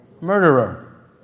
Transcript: murderer